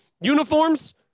Uniforms